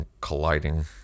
colliding